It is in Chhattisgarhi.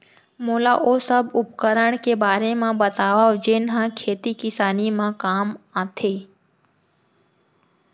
मोला ओ सब उपकरण के बारे म बतावव जेन ह खेती किसानी म काम आथे?